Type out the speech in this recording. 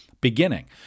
beginning